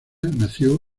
nació